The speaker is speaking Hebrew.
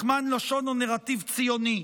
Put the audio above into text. מכמן לשון או נרטיב ציוני.